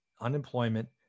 unemployment